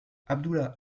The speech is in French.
abdullah